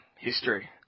history